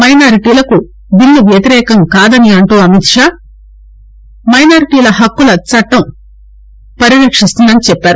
మైనార్టీలకు బిల్లు వ్యతిరేకంగా కాదని అంటూ అమిత్షా మైనార్టీల హక్కులను చట్టం పరిరక్షిస్తుందని చెప్పారు